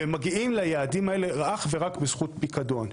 והם מגיעים ליעדים האלה אך ורק בזכות פיקדון.